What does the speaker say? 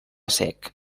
sec